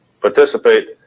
participate